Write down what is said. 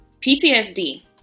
PTSD